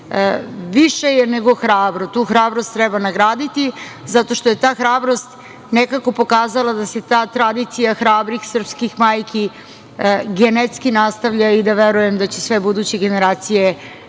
više je nego hrabro. Tu hrabrost treba nagraditi zato što je ta hrabrost nekako pokazala da se ta tradicija hrabrih srpskih majki genetski nastavlja. Verujem da će sve buduće generacije